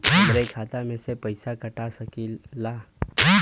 हमरे खाता में से पैसा कटा सकी ला?